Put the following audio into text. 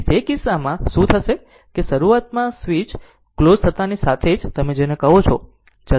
તેથી તે કિસ્સામાં શું થશે કે શરૂઆતમાં આ સ્વીચ ક્લોઝ થતાંની સાથે તમે જેને કહો છો